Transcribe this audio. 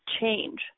change